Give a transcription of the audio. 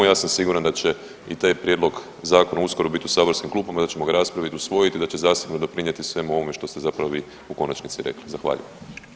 Ja sam siguran da će i taj prijedlog zakona uskoro biti u saborskim klupama, da ćemo ga raspraviti, usvojiti i da će zasigurno doprinijeti svemu ovome što ste zapravo vi u konačnici rekli.